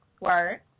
word